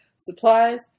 supplies